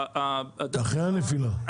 אחרי הנפילה.